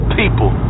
people